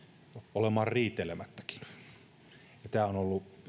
olemaan riitelemättäkin ja on ollut